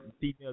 Female